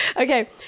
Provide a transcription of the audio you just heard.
Okay